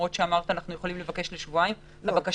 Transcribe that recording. למרות שיכולנו לבקש לשבועיים --- לא,